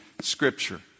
scripture